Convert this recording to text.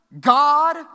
God